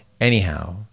anyhow